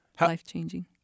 Life-changing